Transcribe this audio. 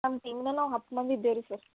ನಮ್ಮ ಟೀಮ್ನ ನಾವು ಹತ್ತು ಮಂದಿ ಇದ್ದೇವೆ ರೀ ಸರ್